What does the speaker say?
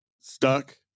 stuck